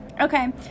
Okay